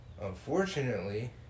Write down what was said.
Unfortunately